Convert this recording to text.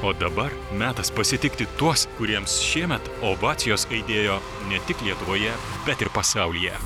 o dabar metas pasitikti tuos kuriems šiemet ovacijos aidėjo ne tik lietuvoje bet ir pasaulyje